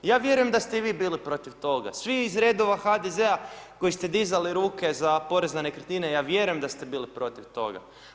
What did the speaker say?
Ja vjerujem da ste i vi bili protiv toga svi iz redova iz HDZ-a koji ste dizali ruke za porez na nekretnine ja vjerujem da ste bili protiv toga.